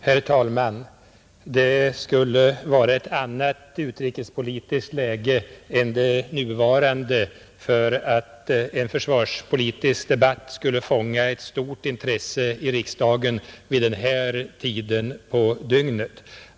Herr talman! Det skulle vara ett annat utrikespolitiskt läge än det nuvarande för att en försvarspolitisk debatt skulle fånga ett stort intresse i riksdagen vid den här tiden på dygnet.